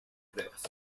pruebas